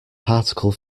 particle